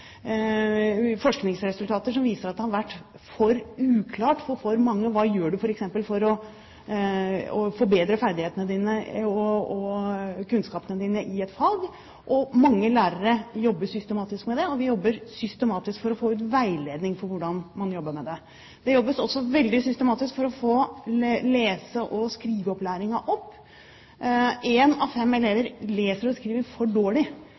forskningsresultater som viser at det har vært for uklart for for mange: Hva gjør du f.eks. for å forbedre ferdighetene og kunnskapene dine i et fag? Mange lærere jobber systematisk med det, og vi jobber systematisk for å få ut veiledning for hvordan man jobber med det. Det jobbes også veldig systematisk for å få lese- og skriveopplæringen opp. Én av fem elever leser og skriver for dårlig,